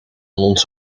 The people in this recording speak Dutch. ons